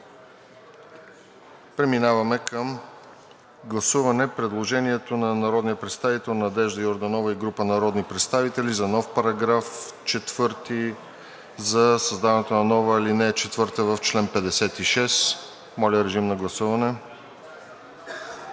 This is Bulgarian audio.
Преминаваме към гласуване на предложението на народния представител Надежда Йорданова и група народни представители за нов параграф 4, за създаването на нова ал. 4 в чл. 56. Гласували